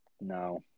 No